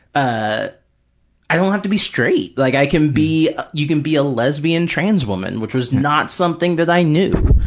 ah i don't have to be straight. like, i can be, you can be a lesbian trans woman, which was not something that i knew.